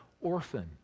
orphan